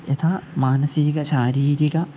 यथा मानसिकशारीरिक